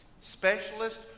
Specialist